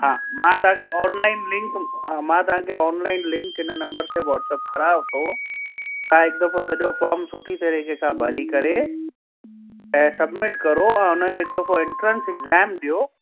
हा मां तव्हांखे ऑनलाइन लिंक मां तव्हांखे ऑनलाइन लिंक हिन नम्बर ते वाट्सअप करांवतो तव्हां हिक दफ़ो सॼो फ़ॉर्म सुठी तरीक़े खां भरी करे ऐं सब्मिट करो उनजो हिक दफ़ो एंट्रेंस एग़्जाम ॾियो